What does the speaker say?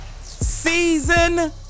Season